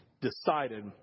decided